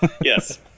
Yes